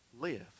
live